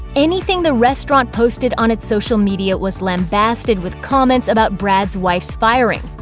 anything the restaurant posted on its social media was lambasted with comments about brad's wife's firing.